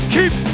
Keep